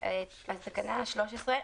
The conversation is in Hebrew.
הצבעה אושרה.